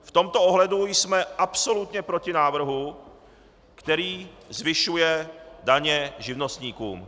V tomto ohledu jsme absolutně proti návrhu, který zvyšuje daně živnostníkům.